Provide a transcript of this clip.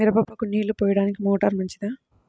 మిరపకు నీళ్ళు పోయడానికి మోటారు మంచిదా?